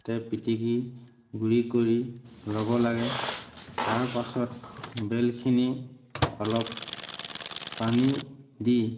হাতেৰে পিটিকি গুৰি কৰি ল'ব লাগে তাৰ পাছত বেলখিনি অলপ পানী দি